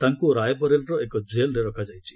ତାଙ୍କୁ ରାଏବରେଲିର ଏକ ଜେଲ୍ରେ ରଖାଯାଇଛି